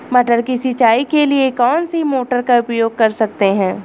मटर की सिंचाई के लिए कौन सी मोटर का उपयोग कर सकते हैं?